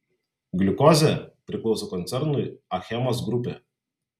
gliukozė priklauso koncernui achemos grupė